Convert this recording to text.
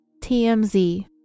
TMZ